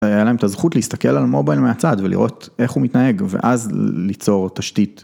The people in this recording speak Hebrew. היה להם את הזכות להסתכל על המובייל מהצד ולראות איך הוא מתנהג ואז ליצור תשתית.